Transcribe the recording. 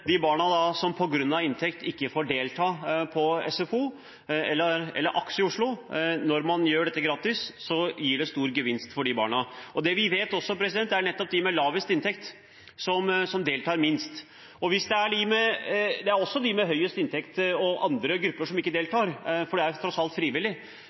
de barna som på grunn av inntekten ikke får delta i SFO – eller i AKS i Oslo. Det vi også vet, er at det er nettopp de med lavest inntekt som deltar minst. Det er også de med høyest inntekt og andre grupper som ikke deltar, for det er